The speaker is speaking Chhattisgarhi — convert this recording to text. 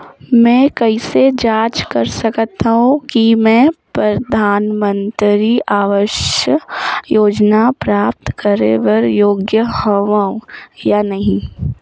मैं कइसे जांच सकथव कि मैं परधानमंतरी आवास योजना प्राप्त करे बर योग्य हववं या नहीं?